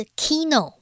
kino